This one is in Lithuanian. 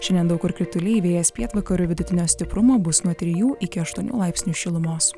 šiandien daug kur krituliai vėjas pietvakarių vidutinio stiprumo bus nuo trijų iki aštuonių laipsnių šilumos